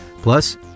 Plus